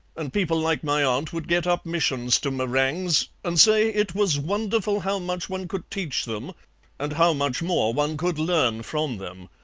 and people like my aunt would get up missions to meringues, and say it was wonderful how much one could teach them and how much more one could learn from them.